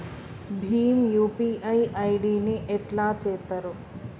Bhim UPI ID ని ఎట్లా చేత్తరు?